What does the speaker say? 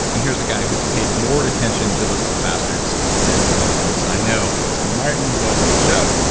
and here's a guy who's paid more attention to those little bastards than anyone else i know. martin welcome to the show